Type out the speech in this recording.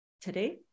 today